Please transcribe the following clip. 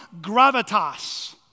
gravitas